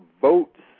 votes